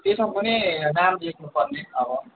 त्यसमा पनि नाम लेख्नुपर्ने अब